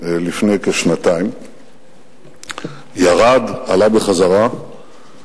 לפני כשנתיים, ירד, עלה בחזרה,